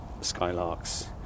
skylarks